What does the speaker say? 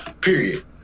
period